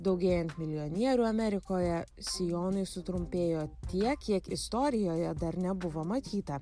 daugėjant milijonierių amerikoje sijonai sutrumpėjo tiek kiek istorijoje dar nebuvo matyta